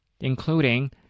including